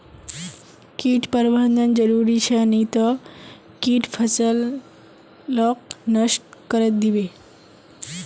कीट प्रबंधन जरूरी छ नई त कीट फसलक नष्ट करे दीबे